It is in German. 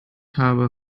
habe